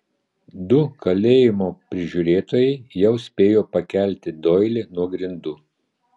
du kalėjimo prižiūrėtojai jau spėjo pakelti doilį nuo grindų